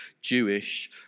Jewish